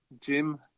Jim